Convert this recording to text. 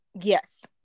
yes